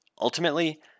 ultimately